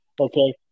okay